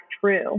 true